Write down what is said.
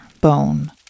Bone